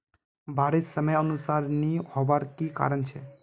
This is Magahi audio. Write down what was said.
बारिश समयानुसार नी होबार की कारण छे?